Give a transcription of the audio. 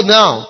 now